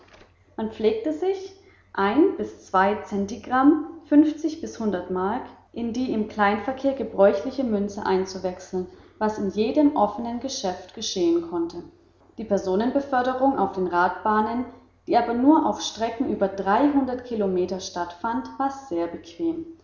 man pflegte sich ein bis zwei zentigramm fünfzig bis hundert mark in die im kleinverkehr gebräuchliche münze einzuwechseln was in jedem offenen geschäft geschehen konnte die personenbeförderung auf den radbahnen die aber nur auf strecken über dreihundert kilometer stattfand war sehr